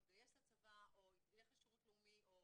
יתגייס לצבא או יילך לשירות לאומי או